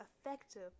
effective